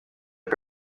kdi